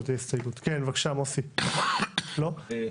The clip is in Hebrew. מוסי רז, בבקשה.